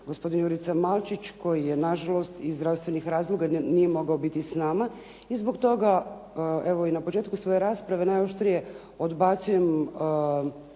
gospodin Jurica Malčić koji je nažalost iz zdravstvenih razloga nije mogao biti s nama i zbog toga, evo i na početku svoje rasprave najoštrije odbacujem